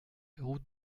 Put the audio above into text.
route